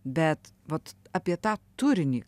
bet vat apie tą turinį